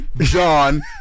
John